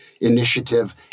initiative